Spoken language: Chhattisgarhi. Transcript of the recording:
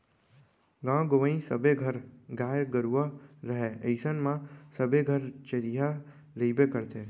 गॉंव गँवई सबे घर गाय गरूवा रहय अइसन म सबे घर चरिहा रइबे करथे